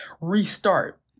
restart